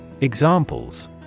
Examples